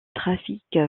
trafic